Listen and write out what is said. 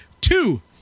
two